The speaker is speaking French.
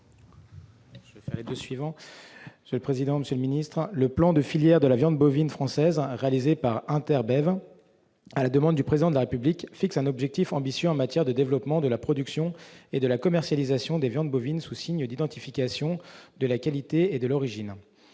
Le plan de filière de la viande bovine française, réalisé par Interbev à la demande du Président de la République, fixe un objectif ambitieux en matière de développement de la production et de la commercialisation des viandes bovines sous signe d'identification de la qualité et de l'origine,